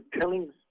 telling